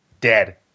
dead